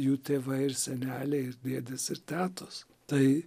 jų tėvai ir seneliai ir dėdės ir tetos tai